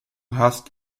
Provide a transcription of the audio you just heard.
hast